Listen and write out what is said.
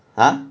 uh